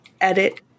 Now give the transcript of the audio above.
edit